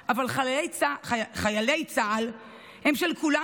אבל חיילי צה"ל הם של כולנו.